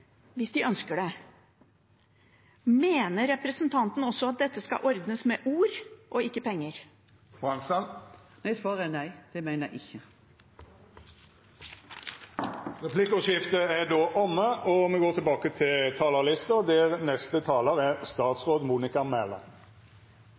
hvis de ønsker det. Mener representanten også at dette skal ordnes med ord, ikke penger? Mitt svar er nei. Det mener jeg ikke. Replikkordskiftet er omme. Regjeringen legger til rette for levende lokaldemokrati, ved fortsatt styrking av kommuneøkonomien og ved å flytte makt og myndighet fra stat nærmere innbyggerne. Kommunesektoren er